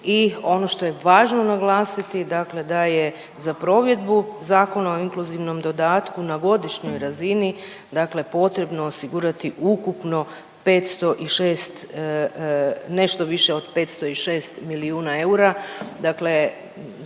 I ono što je važno naglasiti, dakle da je za provedbu Zakona o inkluzivnom dodatku na godišnjoj razini, dakle potrebno osigurati ukupno 506 nešto više od 506 milijuna eura. Dakle,